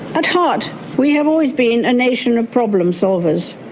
at heart we have always been a nation of problem solvers.